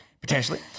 potentially